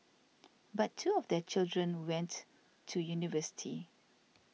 but two of their children went to university